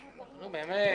נו, באמת.